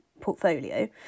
portfolio